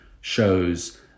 shows